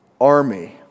army